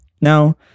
Now